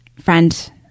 Friend